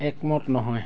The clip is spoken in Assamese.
একমত নহয়